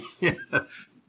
Yes